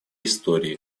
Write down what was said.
истории